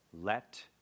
Let